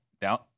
down